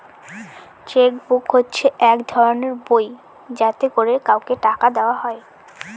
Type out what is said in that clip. check book হচ্ছে এক ধরনের বই যাতে করে কাউকে টাকা দেওয়া হয়